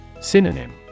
Synonym